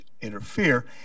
interfere